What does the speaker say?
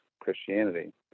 Christianity